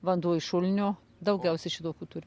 vanduo iš šulinio daugiausiai šitokių turi